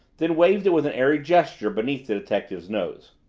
then waved it with an airy gesture beneath the detective's nose.